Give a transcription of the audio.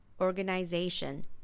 organization